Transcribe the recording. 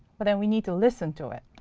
but then we need to listen to it.